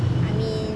I mean